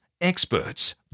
experts